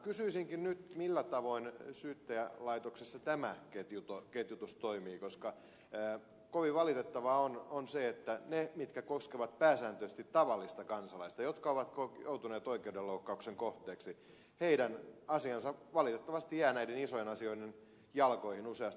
kysyisinkin nyt millä tavoin syyttäjälaitoksessa tämä ketjutus toimii koska kovin valitettavaa on se että ne asiat mitkä koskevat pääsääntöisesti tavallisia kansalaisia jotka ovat joutuneet oikeudenloukkauksen kohteeksi valitettavasti jäävät näiden isojen asioiden jalkoihin useasti